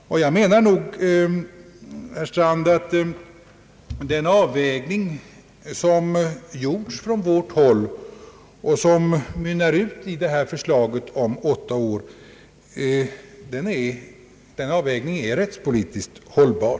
Jag menar, herr Strand, att den avvägning som gjorts från vårt håll och som mynnar ut i förslaget om åtta år nog är rättspolitiskt hållbar.